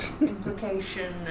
implication